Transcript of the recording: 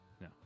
no